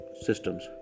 systems